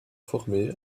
formé